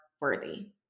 worthy